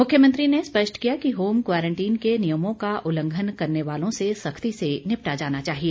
मुख्यमंत्री ने स्पष्ट किया कि होम क्वारंटीन के नियमों का उल्लंघन करने वालों से सख्ती से निपटा जाना चाहिए